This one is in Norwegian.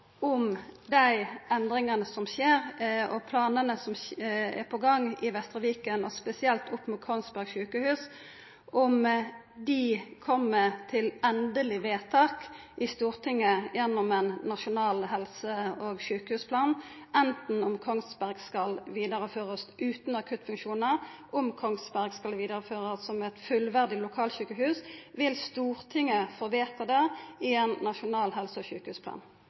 dei endringane som skjer og planane som er på gang i Vestre Viken, og spesielt opp mot Kongsberg sykehus: Kjem dei til endeleg vedtak i Stortinget gjennom ein nasjonal helse- og sjukehusplan – enten om Kongsberg sykehus skal førast vidare utan akuttfunksjonar, eller om Kongsberg sykehus skal førast vidare som eit fullverdig lokalsjukehus? Vil Stortinget få vedta dette i samband med ein nasjonal helse- og sjukehusplan?